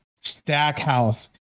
Stackhouse